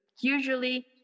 usually